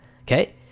okay